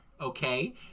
okay